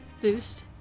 boost